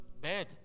bad